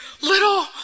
little